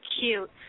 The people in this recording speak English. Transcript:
cute